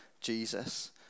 Jesus